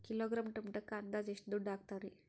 Kilogram ಟೊಮೆಟೊಕ್ಕ ಅಂದಾಜ್ ಎಷ್ಟ ದುಡ್ಡ ಅಗತವರಿ?